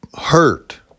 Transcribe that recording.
hurt